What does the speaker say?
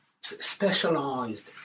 specialized